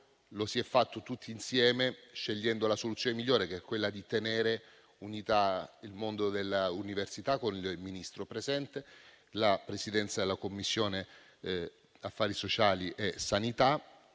lo si sia svolto tutti insieme, scegliendo la soluzione migliore, che è quella di tenere unito il mondo dell'università, con il Ministro presente, la Presidenza della Commissione affari sociali e sanità